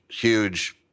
huge